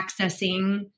accessing